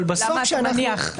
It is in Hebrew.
אבל בסוף -- למה אתה מניח?